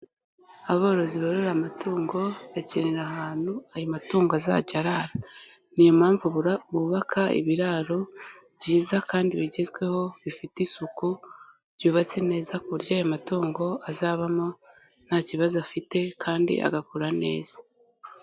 Aborozi borora amatungo bakenera ahantu ayo matungo azajya arara niyo mpamvu bubaka ibiraro byiza kandi bigezweho bifite isuku, byubatse neza ku buryo ayo matungo azabamo nta kibazo afite kandi agakura neza.